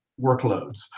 workloads